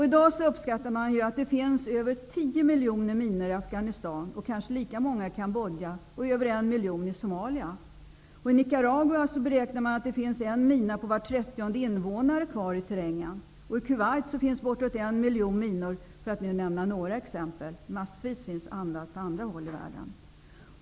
I dag uppskattar man att det finns över tio miljoner minor i Afghanistan, kanske lika många i Kambodja och över en miljon i Somalia. I Nicaragua beräknar man att det finns en mina per var trettionde invånare kvar i terrängen. I Kuwait finns bortåt en miljon minor, för att nämna några exempel. Det finns mängder även på andra håll i världen.